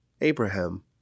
Abraham